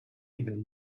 even